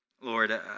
Lord